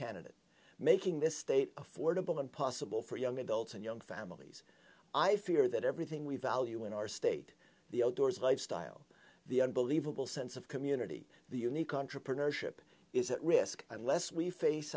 candidate making this state affordable and possible for young adults and young families i fear that everything we value in our state the odors lifestyle the unbelievable sense of community the unique entrepreneurship is at risk unless we face